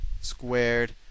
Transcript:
squared